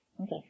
Okay